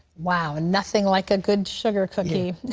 wow, nothing like a good sugar cookie.